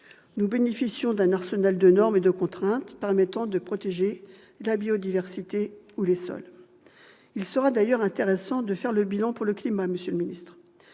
nous bénéficions d'un arsenal de normes et de contraintes permettant de protéger la biodiversité ou les sols. Il sera d'ailleurs intéressant de faire le bilan pour le climat, monsieur le ministre